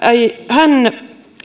hän